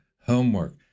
homework